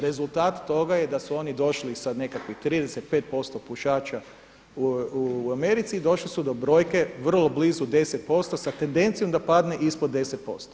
Rezultat toga je da su oni došli sa nekakvih 35% pušača u Americi došli su do brojke vrlo blizu 10% sa tendencijom da padne ispod 10%